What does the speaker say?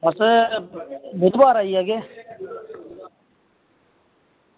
अस बुधवार आई जाह्गे